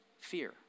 Fear